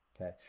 Okay